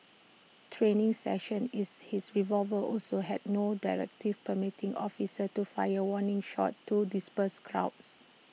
training sessions is his revolver also had no directive permitting officers to fire warning shots to disperse crowds